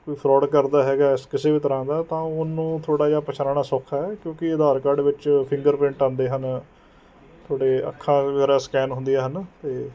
ਕੋਈ ਫਰੋਡ ਕਰਦਾ ਹੈਗਾ ਹੈ ਕਿਸੇ ਵੀ ਤਰ੍ਹਾਂ ਦਾ ਤਾਂ ਉਹਨੂੰ ਥੋੜ੍ਹਾ ਜਿਹਾ ਪਛਾਨਣਾ ਸੌਖਾ ਹੈ ਕਿਉਂਕਿ ਆਧਾਰ ਕਾਰਡ ਵਿੱਚ ਫਿੰਗਰ ਪ੍ਰਿੰਟ ਆਉਂਦੇ ਹਨ ਤੁਹਾਡੇ ਅੱਖਾਂ ਵਗੈਰਾ ਸਕੈਨ ਹੁੰਦੀਆਂ ਹਨ ਅਤੇ